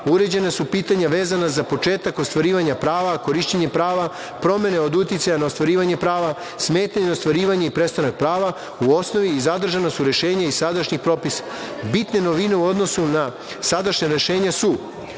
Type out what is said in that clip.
uređena su pitanja vezana za početak ostvarivanja prava, korišćenje prava, promene od uticaja na ostvarivanje prava, smetnje na ostvarivanje i prestanak prava u osnovi i zadržana su rešenja iz sadašnjih propisa. Bitne novine u odnosu na sadašnja rešenja su: